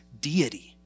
deity